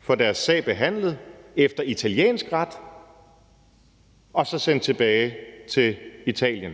får deres sag behandlet efter italiensk ret, og bliver så sendt tilbage til Italien?